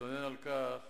ומתלונן על כך